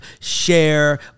share